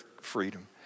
freedom